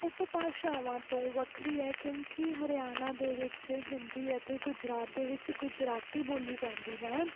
ਉੱਪ ਭਾਸ਼ਾਵਾਂ ਤੋਂ ਵੱਖਰੀ ਹੈ ਕਿਉਂਕਿ ਹਰਿਆਣਾ ਦੇ ਵਿੱਚ ਹਿੰਦੀ ਅਤੇ ਗੁਜਰਾਤ ਦੇ ਵਿੱਚ ਗੁਜਰਾਤੀ ਬੋਲੀ ਜਾਂਦੀ ਹੈ